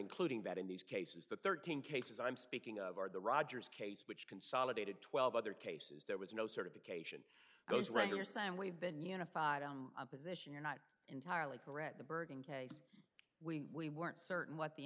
including that in these cases the thirteen cases i'm speaking of are the rogers case which consolidated twelve other cases there was no certification goes regular sam we've been unified opposition you're not entirely correct the bergen case we we weren't certain what the